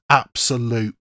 absolute